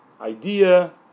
idea